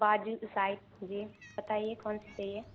बाज़ू साइड जी बताइए कौनसी चाहिए